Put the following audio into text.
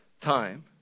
Time